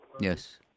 Yes